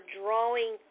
drawing